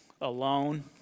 alone